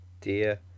dear